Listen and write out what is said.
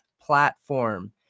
platform